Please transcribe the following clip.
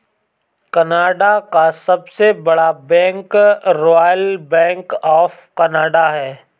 Canada का सबसे बड़ा bank Royal Bank of Canada है